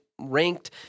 ranked